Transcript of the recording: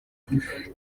plus